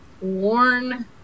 worn